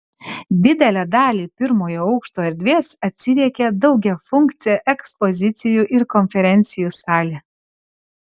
didelę dalį pirmojo aukšto erdvės atsiriekia daugiafunkcė ekspozicijų ir konferencijų salė